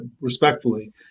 respectfully